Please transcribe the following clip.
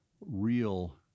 real